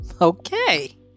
Okay